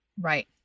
Right